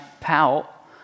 pout